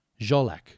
Jolac